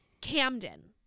Camden